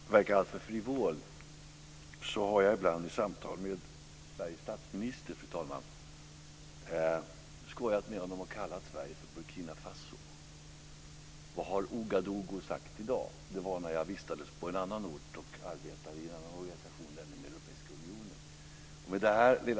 Fru talman! Utan att verka alltför frivol kan jag säga att jag ibland i samtal med Sveriges statsminister har skojat och kallat Sverige för Burkina Faso. Vad har Ouagadougou sagt i dag? Det var när jag vistades på en annan ort och arbetade i en annan organisation, nämligen den europeiska unionen.